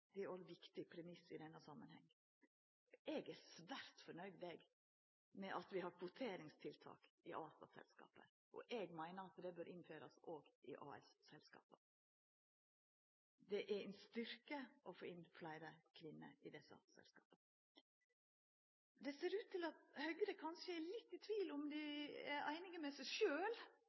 er òg ein viktig premiss i denne samanhengen. Eg er svært fornøgd med at vi har kvoteringstiltak i ASA-selskapa. Eg meiner at det bør innførast òg i AS-selskapa. Det er ein styrke å få inn fleire kvinner i desse selskapa. Det ser ut til at Høgre kanskje er litt i tvil om dei er einige med seg